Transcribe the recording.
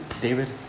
David